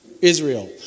Israel